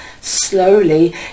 slowly